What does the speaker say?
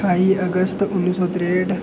ठाई अगस्त उ'न्नी सौ त्रेंठ